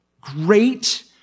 great